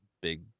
big